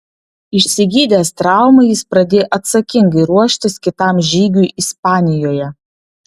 išsigydęs traumą jis pradėjo atsakingai ruoštis kitam žygiui ispanijoje